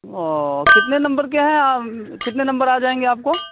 اوہ کتنے نمبر کے ہیں کتنے نمبر آ جائیں گے آپ کو